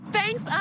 Thanks